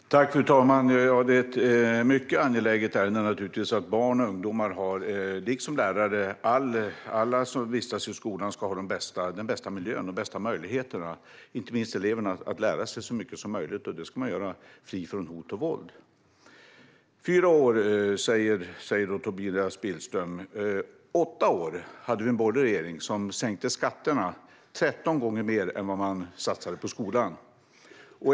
Fru talman! Detta är ett mycket angeläget ärende. Alla som vistas i skolan - barn och ungdomar liksom lärare - ska ha den bästa miljön och de bästa möjligheterna. Eleverna ska ha de bästa möjligheterna att lära sig så mycket som möjligt, och det ska vara fritt från hot och våld. Fyra år, säger Tobias Billström. Under åtta år hade vi en borgerlig regering som sänkte skatterna 13 gånger mer än man satsade på skolan.